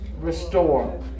Restore